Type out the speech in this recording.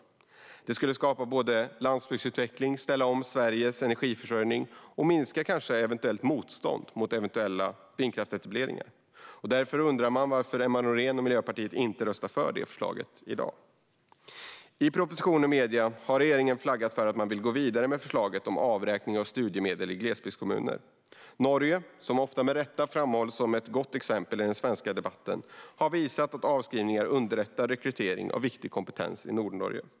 Detta skulle både skapa landsbygdsutveckling, ställa om Sveriges energiförsörjning och kanske minska eventuellt motstånd mot eventuella vindkraftsetableringar. Därför undrar man varför Emma Nohrén och Miljöpartiet inte röstar för detta förslag. I propositionen och medierna har regeringen flaggat för att man vill gå vidare med förslaget om avräkning av studiemedel i glesbygdskommuner. Norge, som ofta med rätta framhålls som ett gott exempel i den svenska debatten, har visat att avskrivningar underlättar rekrytering av viktig kompetens i Nordnorge.